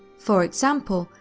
for example,